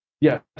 Yes